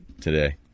today